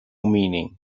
meaning